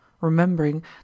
remembering